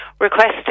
requesting